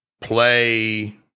play